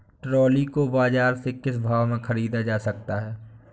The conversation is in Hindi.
ट्रॉली को बाजार से किस भाव में ख़रीदा जा सकता है?